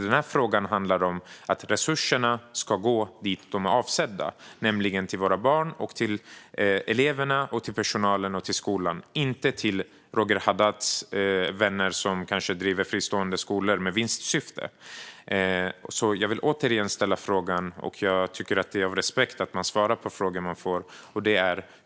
Den här frågan handlar om att resurserna ska gå dit de är avsedda, till våra barn, eleverna, personalen och skolan och inte till Roger Haddads vänner, som kanske driver fristående skolor med vinstsyfte. Jag vill ställa frågan till Roger Haddad igen, och jag tycker att det är respektfullt att svara på frågor man får.